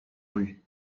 rue